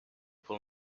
pool